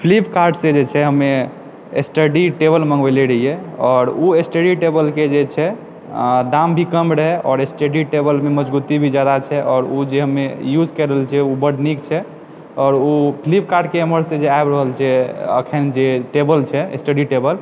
Flipkart सँ जे छै हमे अपने स्टडी टेबल मँगवैले रहियै आओर ओ स्टडी टेबल के जे छै आ दाम भी कम रहै आओर स्टडी टेबल मे मजबूती भी जादा छै आओर ओ जे हमे यूज कय रहल छियै ओ बड नीक छै आओर ओ फ्लिपकार्ट के अम्हर से जे आबि रहल छै अखन जे टेबल छै स्टडी टेबल